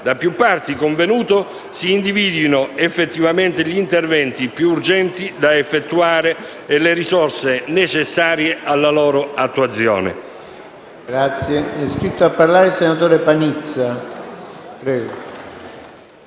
da più parti convenuto, si individuino effettivamente gli interventi più urgenti da effettuare e le risorse necessarie alla loro attuazione.